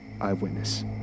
Eyewitness